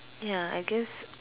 ya I guess